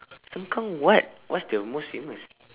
sengkang what what's the most famous